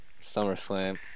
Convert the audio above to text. SummerSlam